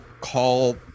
call